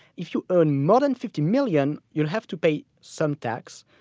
if you earn more than fifty million, you'll have to pay some tax.